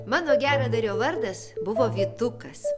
mano geradario vardas buvo vytukas